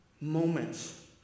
moments